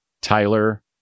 Tyler